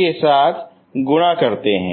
के साथ गुणा करते हैं